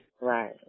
right